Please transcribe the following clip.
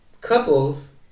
couples